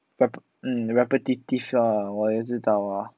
rep~ mm repetitive 的我也知道啊